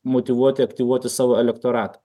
motyvuoti aktyvuoti savo elektoratą